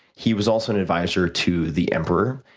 he was also an advisor to the emperor.